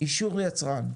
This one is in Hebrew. אישור יצרן.